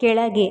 ಕೆಳಗೆ